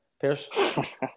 Pierce